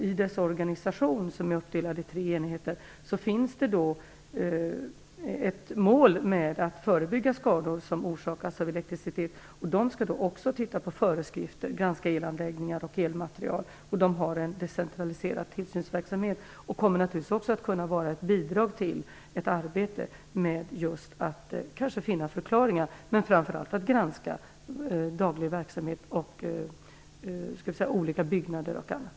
I dess organisation - verket är uppdelat i tre enheter - finns det då ett mål att förebygga skador som orsakas av elektricitet. Elsäkerhetsverket skall också titta på föreskrifter och granska elanläggningar och elmaterial. Man har en decentraliserad tillsynsverksamhet och kommer naturligtvis också att kunna bidra till ett arbete med att finna förklaringar och framför allt att granska daglig verksamhet, olika byggnader och annat.